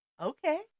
okay